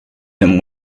them